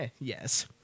Yes